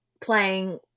playing